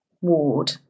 ward